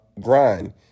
grind